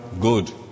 good